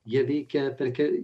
jie veikia per ke